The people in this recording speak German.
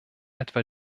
etwa